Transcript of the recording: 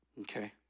Okay